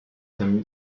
tem